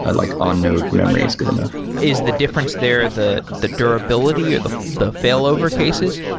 like on node memory is good enough is the difference there the the durability, or the the failover cases?